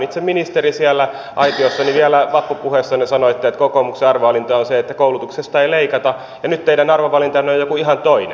itse ministeri siellä aitiossa vielä vappupuheessanne sanoitte että kokoomuksen arvovalinta on se että koulutuksesta ei leikata ja nyt teidän arvovalintanne on joku ihan toinen